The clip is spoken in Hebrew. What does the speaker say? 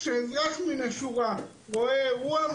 כשאזרח מן השורה רואה אירוע,